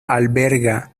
alberga